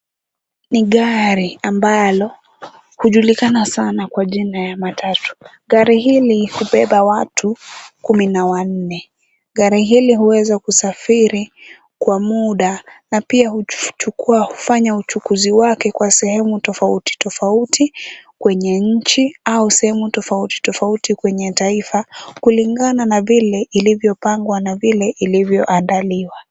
Ni gari ambalo hujulikana sana kwa jina ya matatu. Gari hili hubeba watu kumi na wanne. Gari hili huweza kusafiri kwa muda na pia hufanya uchukuzi wake kwa sehemu tofauti tofauti kwenye nchi au sehemu tofauti tofauti kwenye taifa kulingana na vile ilivyopangwa na vile ilivyoandaliwa.